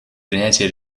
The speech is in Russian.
принятие